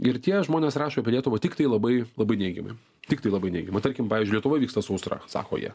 ir tie žmonės rašo apie lietuvą tiktai labai labai neigiamai tiktai labai neigiamai tarkim pavyzdžiui lietuvoj vyksta sausra sako jie